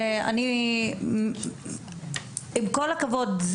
עם כל הכבוד,